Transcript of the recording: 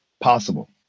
possible